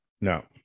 No